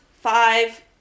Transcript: five